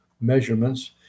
measurements